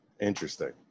Interesting